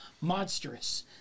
monstrous